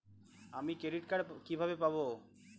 আমি credit card কিভাবে পাবো?